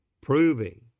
proving